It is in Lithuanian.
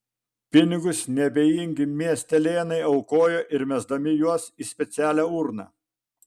pinigus neabejingi miestelėnai aukojo ir mesdami juos į specialią urną